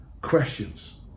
questions